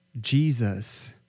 Jesus